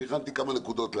והכנתי כמה נקודות להגיד,